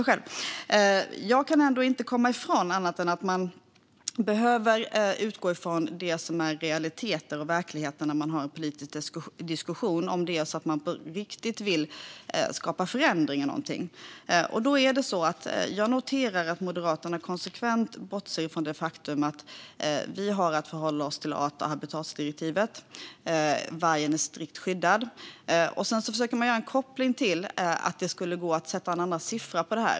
Jag kan ändå inte komma ifrån att man behöver utgå från verkligheten när man har en politisk diskussion om det är så att man på riktigt vill skapa förändring i någonting. Jag noterar att Moderaterna konsekvent bortser från det faktum att vi har att förhålla oss till art och habitatdirektivet och att vargen är strikt skyddad. Sedan försöker Moderaterna att göra en koppling till att det skulle gå att sätta en annan siffra på detta.